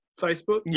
Facebook